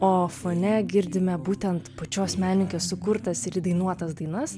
o fone girdime būtent pačios menininkės sukurtas ir įdainuotas dainas